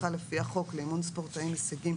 נדרשת תעודת הסמכה לפי החוק לאימון ספורטאים הישגיים,